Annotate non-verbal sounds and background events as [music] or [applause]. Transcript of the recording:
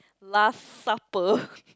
last supper [laughs]